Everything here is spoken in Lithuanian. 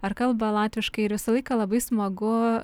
ar kalba latviškai ir visą laiką labai smagu